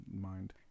mind